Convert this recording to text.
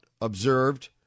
observed